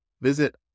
Visit